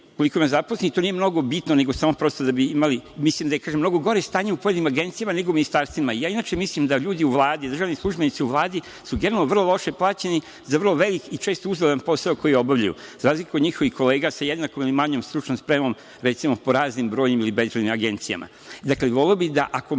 koliko ima zaposlenih? To nije mnogo bitno, nego samo prosto ba bi znali. Mislim da je mnogo gore stanje u pojedinim agencijama, nego u ministarstvima. Inače mislim da ljudi u Vladi, državni službenici u Vladi su generalno vrlo loše plaćeni za vrlo veliki posao koji obavljaju, za razliku od njihovih kolega sa jednakom ili manjom stručnom spremom, recimo po raznim agencijama. Dakle, voleo bih ako